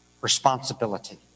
responsibility